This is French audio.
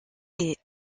est